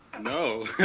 No